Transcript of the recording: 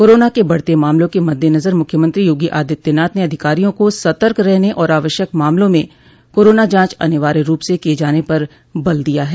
corona के बढ़ते मामलों क मददेनजर मुख्यमंत्री योगी आदित्यनाथ ने अधिकारियों को सतर्क रहने और आवश्यक मामलों में कोरोना जांच अनिवार्य रूप से किये जाने पर बल दिया है